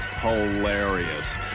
hilarious